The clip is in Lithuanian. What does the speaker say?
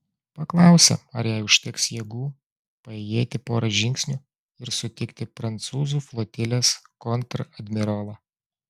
paklausė ar jai užteks jėgų paėjėti porą žingsnių ir sutikti prancūzų flotilės kontradmirolą